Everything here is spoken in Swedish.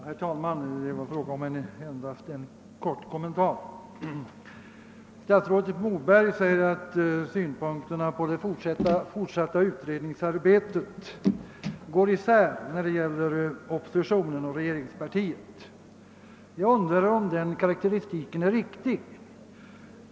Herr talman! Jag vill endast göra en kort kommentar. Statsrådet Moberg säger att synpunkterna på det fortsatta utredningsarbetet hos oppositionen och regeringspartiet går isär. Jag undrar om den karakteristiken är riktig.